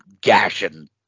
gashing